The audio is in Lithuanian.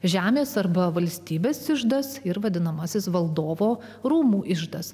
žemės arba valstybės iždas ir vadinamasis valdovo rūmų iždas